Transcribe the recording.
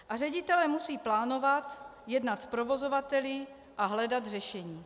A ředitelé musí plánovat, jednat s provozovateli a hledat řešení.